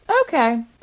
Okay